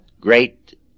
great